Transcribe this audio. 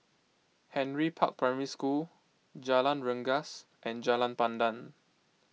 Henry Park Primary School Jalan Rengas and Jalan Pandan